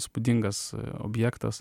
įspūdingas objektas